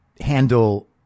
handle